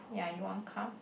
ya you want come